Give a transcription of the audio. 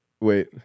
Wait